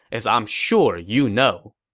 as i'm sure you know.